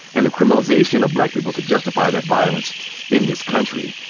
and the criminalization of black people to justify that violence in this country.